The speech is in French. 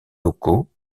locaux